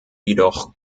jedoch